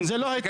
לא,